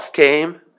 came